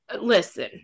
Listen